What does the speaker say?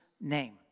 name